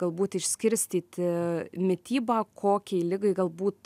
galbūt išskirstyti mitybą kokiai ligai galbūt